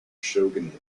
shogunate